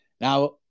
Now